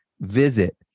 visit